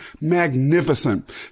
magnificent